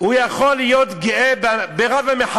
הוא יכול להיות גאה ברב-המחבלים.